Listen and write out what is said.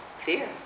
Fear